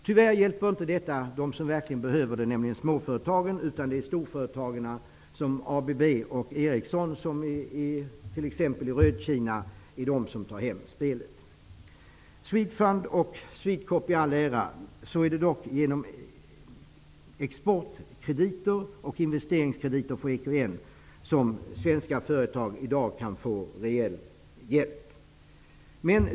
Tyvärr hjälper inte detta dem som verkligen behöver det, nämligen småföretagen, utan det är storföretag som ABB och Ericsson som tar hem spelet på samma sätt som t.ex. i Kina. Swedfund och Swedecorp i all ära, det är dock genom exportkrediter och investeringskrediter från EKN som svenska företag i dag kan få reell hjälp.